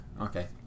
Okay